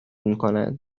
میکنند